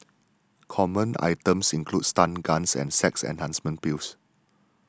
common items included stun guns and sex enhancement pills